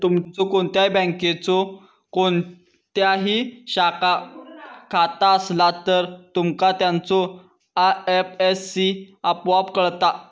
तुमचो कोणत्याही बँकेच्यो कोणत्याही शाखात खाता असला तर, तुमका त्याचो आय.एफ.एस.सी आपोआप कळता